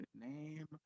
name